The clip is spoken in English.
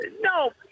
No